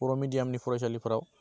बर' medium नि फरायसालिफोराव